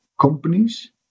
companies